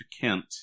Kent